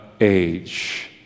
age